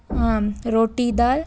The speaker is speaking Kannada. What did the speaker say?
ಹಾಂ ರೋಟಿ ದಾಲ್